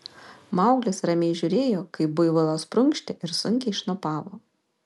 mauglis ramiai žiūrėjo kaip buivolas prunkštė ir sunkiai šnopavo